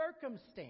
circumstance